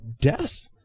death